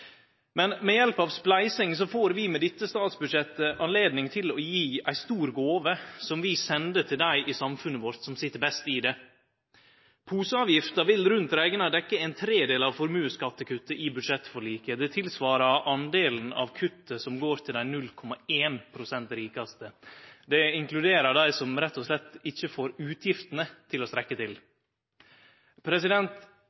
Men ved hjelp av spleising får vi med dette statsbudsjettet anledning til å gje ei stor gåve som vi sender til dei i samfunnet vårt som sit best i det. Poseavgifta vil rundt rekna dekkje ein tredel av formuesskattekuttet i budsjettforliket, det er det same som den delen av kuttet som går til dei 0,1 pst. rikaste. Det inkluderer dei som rett og slett ikkje får utgiftene til å